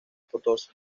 potosí